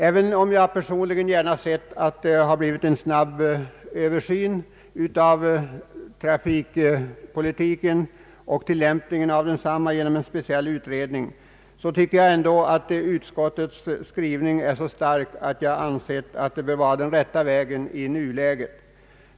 Även om jag personligen gärna sett att det hade blivit en snabb översyn av trafikpolitiken och tillämpningen av densamma genom en speciell utred ning, så tycker jag ändå att vederbörande avdelnings skrivning är så stark att jag ansett att den väg utskottet anvisat bör vara den rätta i nuläget.